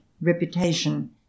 reputation